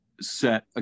set